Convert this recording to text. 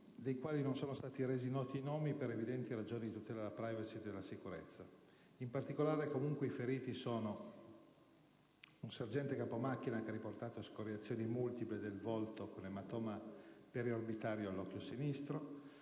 dei quali non sono stati resi noti i nomi per evidenti ragioni di tutela della *privacy* e della sicurezza. In particolare, comunque, i feriti sono un sergente capo macchina, che ha riportato escoriazioni multiple del volto con ematoma periorbitario all'occhio sinistro;